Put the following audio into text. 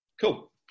cool